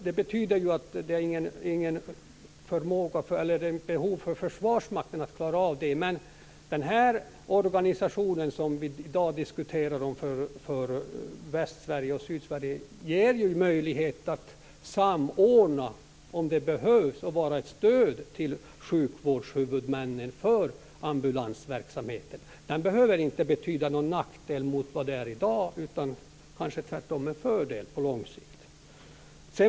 Det betyder att det inte finns något behov för Försvarsmakten att klara av det. Men den organisation som vi diskuterar i dag för Västsverige och Sydsverige ger ju möjlighet till samordning om det behövs. Den kan vara ett stöd för sjukvårdshuvudmännen i ambulansverksamheten. Det behöver inte betyda någon nackdel jämfört med hur det är i dag, utan kanske tvärtom en fördel på lång sikt.